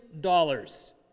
dollars